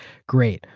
great.